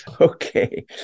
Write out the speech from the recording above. Okay